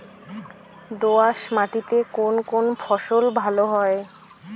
দোঁয়াশ মাটিতে কোন কোন ফসল ভালো হয়?